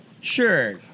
Sure